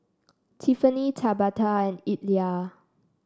Tiffanie Tabatha and Illya